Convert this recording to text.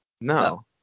No